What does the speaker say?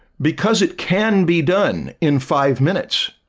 because it can be done in five minutes